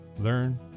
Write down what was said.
learn